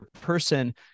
person